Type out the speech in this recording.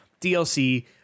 DLC